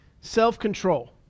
self-control